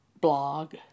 blog